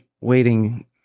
waiting